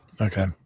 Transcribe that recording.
Okay